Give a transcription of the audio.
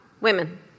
women